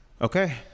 Okay